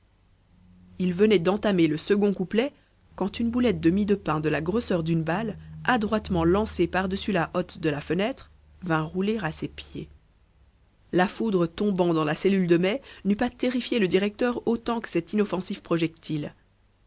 il venait d'entamer le second couplet quand une boulette de mie de pain de la grosseur d'une balle adroitement lancée par dessus la hotte de la fenêtre vint rouler à ses pieds la foudre tombant dans la cellule de mai n'eût pas terrifié le directeur autant que cet inoffensif projectile